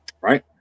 right